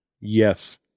Yes